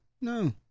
no